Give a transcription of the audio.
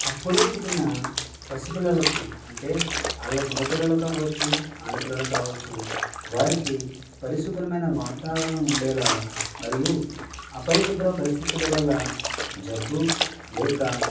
అప్పుడే పుట్టిన పసిపిల్లలకు అంటే వాళ్ళు మగపిల్లలు కావచ్చు ఆడపిల్లలు కావచ్చు వారికి పరిశుభ్రమైన వాతావరణం ఉండేలా మరియు ఆ అపరిశుభ్ర పరిస్థితుల వల్ల జబ్బు లేక